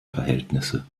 verhältnisse